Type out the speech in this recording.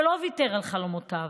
שלא ויתר על חלומותיו.